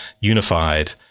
unified